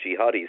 jihadis